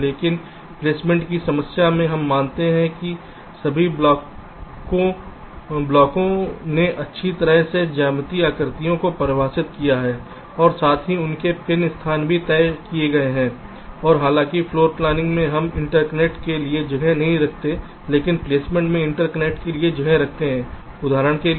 लेकिन प्लेसमेंट की समस्या में हम मानते हैं कि सभी ब्लॉकों ने अच्छी तरह से ज्यामितीय आकृतियों को परिभाषित किया है और साथ ही उनके पिन स्थान भी तय किए गए हैं और हालांकि फ्लोर प्लॉनिंग में हम इंटरकनेक्ट के लिए जगह नहीं रखते हैं लेकिन प्लेसमेंट में इंटरकनेक्ट के लिए जगह रखते हैं उदाहरण के लिए